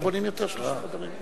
לא בונים יותר שלושה חדרים?